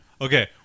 Okay